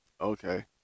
Okay